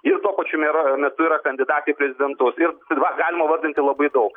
ir tuo pačiu nėra metu yra kandidatė į prezidentus ir va galima vardinti labai daug